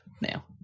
now